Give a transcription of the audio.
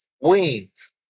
wings